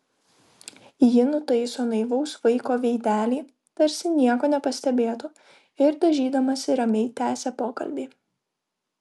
ji nutaiso naivaus vaiko veidelį tarsi nieko nepastebėtų ir dažydamasi ramiai tęsia pokalbį